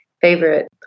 favorite